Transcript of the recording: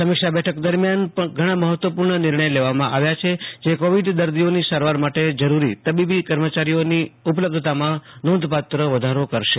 સમીક્ષા બેઠક દેરમિયાન ઘણા મહત્વપૂ ર્ણ નિર્ણયો લેવામાં આવ્યા છે જે કોવિડ દર્દીઓની સારવાર માટે જરૂરી તેબીબી કર્મચારીઓની ઉપલબ્ધતામાં નોંધપાત્ર વધારો કરશે